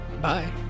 bye